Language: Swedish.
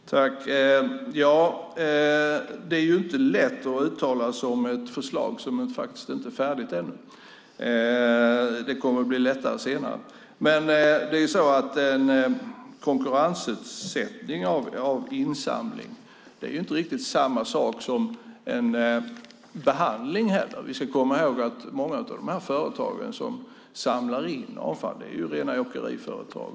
Fru talman! Det är inte lätt att uttala sig om ett förslag som inte är färdigt ännu. Det kommer att bli lättare senare. Men en konkurrensutsättning av insamling är inte riktigt samma sak som en behandling. Vi ska komma ihåg att många av de företag som samlar in avfall är rena åkeriföretag.